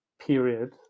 period